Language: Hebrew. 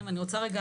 שאמרתי.